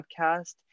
podcast